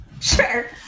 Sure